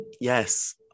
yes